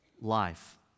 life